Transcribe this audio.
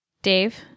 Dave